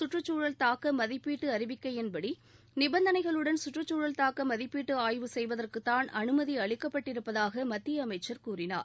சுற்றுச்சூழல் தாக்க மதிப்பீட்டு அறிவிக்கையின்படி நிபந்தனைகளுடன் சுற்றுச்சூழல் தாக்க மதிப்பீட்டு ஆய்வு செய்வதற்குதான் அனுமதி அளிக்கப்பட்டிருப்பதாக மத்திய அமைச்சா் கூறினார்